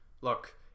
Look